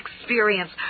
experience